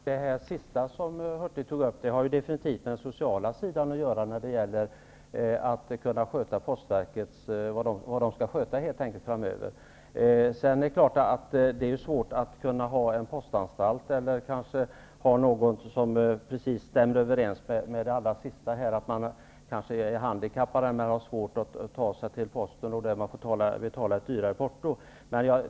Herr talman! Det sista som Bengt Hurtig tog upp har absolut med den sociala sidan att göra när det gäller vilka uppgifter postverket skall sköta framöver. Det kan vara svårt att lösa problemet med de personer som kanske är handikappade och har svårt att ta sig till posten och därmed får betala ett dyrare porto.